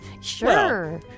sure